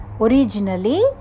originally